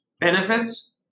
benefits